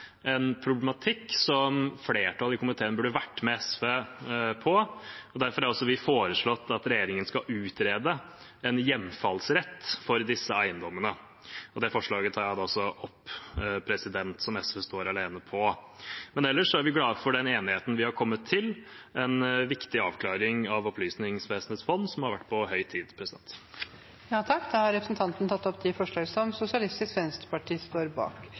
en problematikk som flertallet i komiteen burde vært med SV på. Derfor har vi også foreslått at regjeringen skal utrede en hjemfallsrett for disse eiendommene. Dette forslaget, som SV står alene om, tar jeg nå opp. Ellers er vi glade for den enigheten vi har kommet til. Det er en viktig avklaring av Opplysningsvesenets fond. Det var på høy tid. Da har representanten Freddy André Øvstegård tatt opp